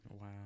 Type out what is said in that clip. Wow